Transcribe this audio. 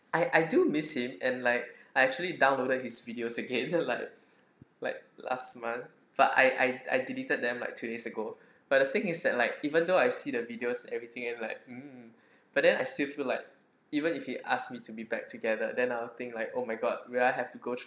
I I do miss him and like I actually downloaded his videos again like like last month but I I deleted them like two days ago but the thing is that like even though I see the videos everything and like mm but then I still feel like even if he asked me to be back together then I will think like oh my god will I have to go to